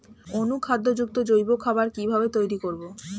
অনুখাদ্য যুক্ত জৈব খাবার কিভাবে তৈরি করব?